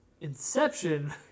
Inception